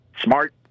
smart